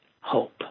hope